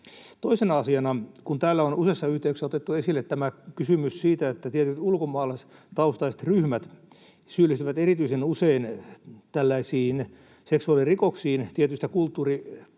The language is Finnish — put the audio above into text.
Toisena asiana: Kun täällä on useissa yhteyksissä otettu esille kysymys siitä, että tietyt ulkomaalaistaustaiset ryhmät syyllistyvät erityisen usein tällaisiin seksuaalirikoksiin, tietyistä kulttuuripiireistä